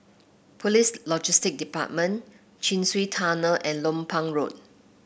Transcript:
Police Logistics Department Chin Swee Tunnel and Lompang Road